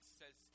says